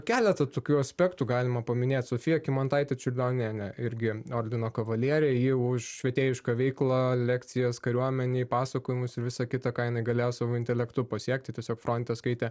keletą tokių aspektų galima paminėt sofija kymantaitė čiurlionienė irgi ordino kavalierė ji už švietėjišką veiklą lekcijas kariuomenei pasakojimus ir visą kitą ką jinai galėjo savo intelektu pasiekti tiesiog fronte skaitė